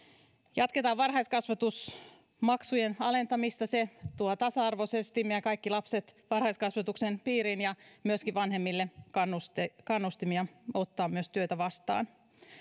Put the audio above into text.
jatketaan varhaiskasvatusmaksujen alentamista se tuo tasa arvoisesti meidän kaikki lapset varhaiskasvatuksen piiriin ja myöskin vanhemmille kannustimia kannustimia ottaa työtä vastaan